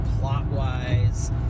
plot-wise